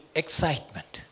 excitement